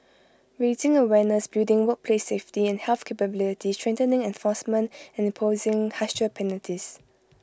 raising awareness building workplace safety and health capability strengthening enforcement and imposing harsher penalties